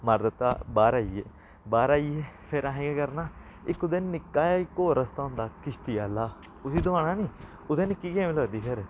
मारी दित्ता बाह्र आई गे बाह्र आई गे फिर असें केह् करना इक कुतै निक्का जेहा इक होर रस्ता होंदा किश्ती आह्ला उसी डुआना निं उत्थै निक्की गेम लगदी फिर